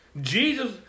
Jesus